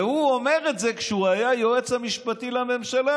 והוא אומר את זה כשהוא היה היועץ המשפטי לממשלה.